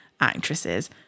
actresses